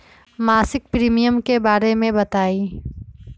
मासिक प्रीमियम के बारे मे बताई?